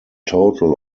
total